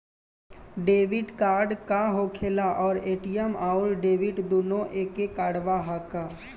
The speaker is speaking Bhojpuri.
डेबिट कार्ड का होखेला और ए.टी.एम आउर डेबिट दुनों एके कार्डवा ह का?